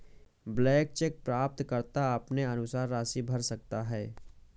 blank cheque प्राप्तकर्ता अपने अनुसार राशि भर सकता है